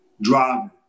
driving